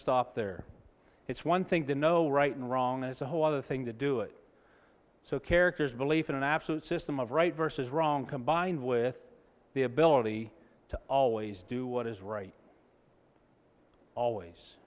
stop there it's one thing to know right and wrong is a whole other thing to do it so character's belief in an absolute system of right versus wrong combined with the ability to always do what is right always